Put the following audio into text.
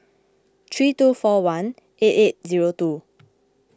three two four one eight eight zero two